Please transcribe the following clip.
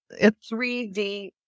3D